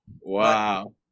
Wow